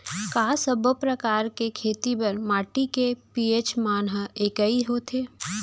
का सब्बो प्रकार के खेती बर माटी के पी.एच मान ह एकै होथे?